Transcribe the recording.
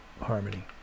Harmony